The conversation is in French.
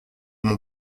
mon